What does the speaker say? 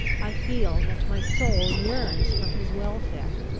i feel that my soul yearns for his welfare.